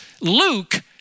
Luke